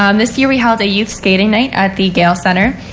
um this year we held a youth skating night at the gail center.